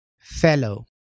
Fellow